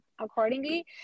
accordingly